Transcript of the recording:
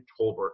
Tolbert